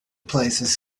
places